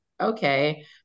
okay